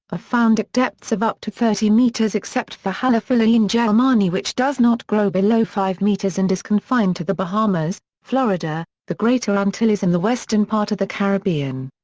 found at depths of up to thirty metres except for halophila engelmani which does not grow below five metres and is confined to the bahamas, florida, the greater antilles and the western part of the caribbean.